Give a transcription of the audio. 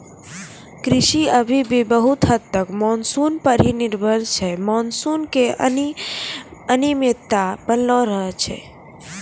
कृषि अभी भी बहुत हद तक मानसून पर हीं निर्भर छै मानसून के अनियमितता बनलो रहै छै